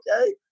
Okay